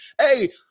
Hey